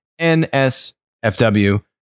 NSFW